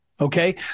Okay